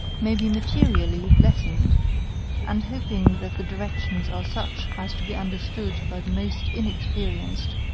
may be materially lessened and hoping that the directions are such as to be understood by the most inexperienced,